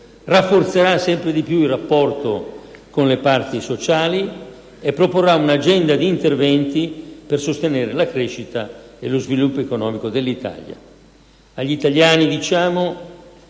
rafforzerà sempre di più il rapporto con le parti sociali e proporrà un'agenda di interventi per sostenere la crescita e lo sviluppo economico dell'Italia.